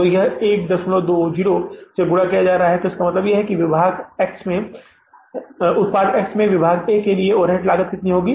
तो यह 120 से गुणा किया जा रहा है तो इसका मतलब है कि उत्पाद X में विभाग A के लिए ओवरहेड लागत कितनी होगी